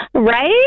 Right